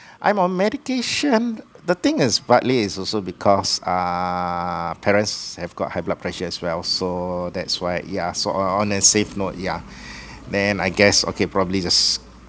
I'm on medication the thing is partly is also because uh parents have got high blood pressure as well so that's why yeah so on on the safe note yeah then I guess okay probably just